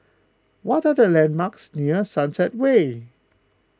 what are the landmarks near Sunset Way